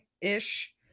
ish